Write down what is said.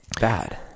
bad